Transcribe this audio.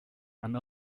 and